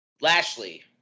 Lashley